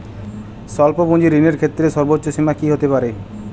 স্বল্প পুঁজির ঋণের ক্ষেত্রে সর্ব্বোচ্চ সীমা কী হতে পারে?